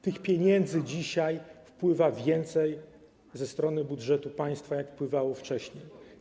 Tych pieniędzy dzisiaj wpływa więcej ze strony budżetu państwa, niż wpływało wcześniej.